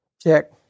Check